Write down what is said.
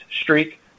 Streak